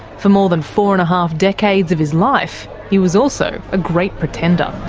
for more than four and a half decades of his life, he was also a great pretender.